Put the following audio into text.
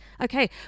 Okay